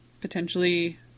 potentially